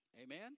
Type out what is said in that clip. Amen